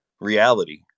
reality